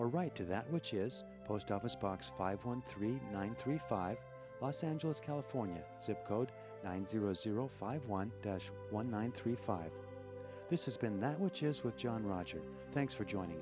or write to that which is post office box five one three one three five los angeles california zip code nine zero zero five one one three five this has been that which is with john rogers thanks for joining